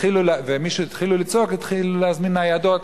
משהתחילו לצעוק התחילו להזמין ניידות.